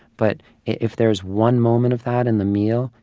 but if there's one moment of that in the meal,